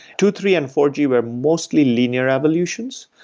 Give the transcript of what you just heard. two, three and four g were mostly linear evolutions.